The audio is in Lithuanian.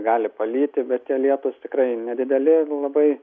gali palyti bet tie lietūs tikrai nedideli labai